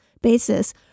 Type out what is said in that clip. basis